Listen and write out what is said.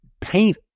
Paint